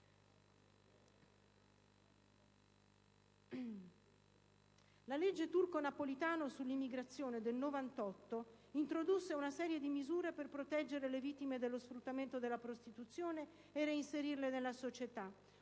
legge Turco-Napolitano sull'immigrazione del 1998 introdusse una serie di misure per proteggere le vittime dello sfruttamento della prostituzione per reinserirle nella società,